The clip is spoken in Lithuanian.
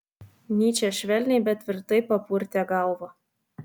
nyčė švelniai bet tvirtai papurtė galvą